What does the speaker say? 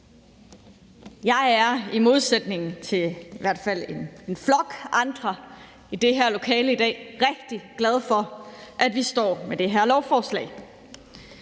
Jeg er i modsætning til i hvert fald en flok andre i det her lokale i dag rigtig glad for, at vi står med det her lovforslag.